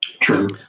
True